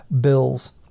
Bills